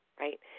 Right